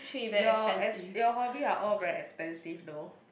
your as your hobby are all very expensive though